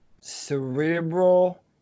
cerebral